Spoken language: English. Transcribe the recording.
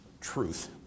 truth